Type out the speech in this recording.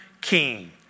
king